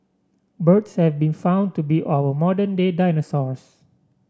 birds have been found to be our modern day dinosaurs